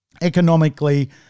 economically